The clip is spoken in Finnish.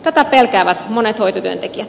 tätä pelkäävät monet hoitotyön tekijät